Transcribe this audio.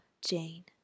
Jane